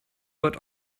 got